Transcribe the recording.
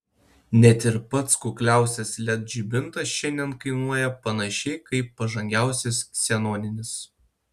net ir pats kukliausias led žibintas šiandien kainuoja panašiai kaip pažangiausias ksenoninis